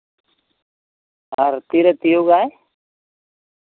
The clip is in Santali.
ᱛᱤᱨᱮ ᱛᱤᱭᱳᱜ ᱟᱭ